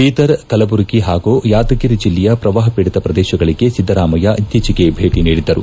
ಬೀದರ್ ಕಲಬರುಗಿ ಹಾಗೂ ಯಾದಗಿರಿ ಜಿಲ್ಲೆಯ ಪ್ರವಾಹಪೀಡಿತ ಪ್ರದೇಶಗಳಗೆ ಸಿದ್ದರಾಮಯ್ಯ ಇತ್ತೀಚೆಗೆ ಭೇಟಿ ನೀಡಿದ್ದರು